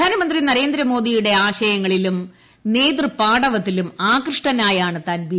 പ്രധാനമന്ത്രി നരേന്ദ്രമോദിയുടെ ആശയങ്ങളിലും നേതൃ പാടവത്തിലും ആകൃഷ്ടനായാണ് താൻ ബി